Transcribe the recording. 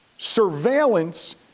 Surveillance